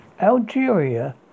Algeria